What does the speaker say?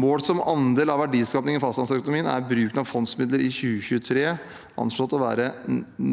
Målt som andel av verdiskapingen i fastlandsøkonomien er bruken av fondsmidler i 2023 anslått til å være